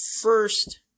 first